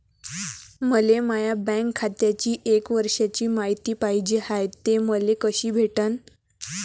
मले माया बँक खात्याची एक वर्षाची मायती पाहिजे हाय, ते मले कसी भेटनं?